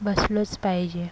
बसलोच पाहिजे